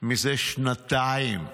מזה שנתיים.